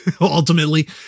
ultimately